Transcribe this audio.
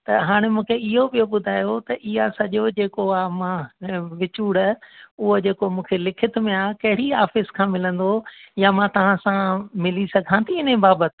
त हाणे मूंखे इहो बि ॿुधायो त इहा सॼा जेको आहे मां विचूर उहो जेको मूंखे लिखित में आहे कहिड़ी ऑफ़िस खां मिलंदो या मां तव्हां सां मिली सघां थी इन जे बाबति